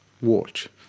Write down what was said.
watch